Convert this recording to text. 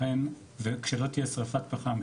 כשלא תהיה שריפת פחם,